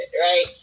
right